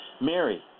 Mary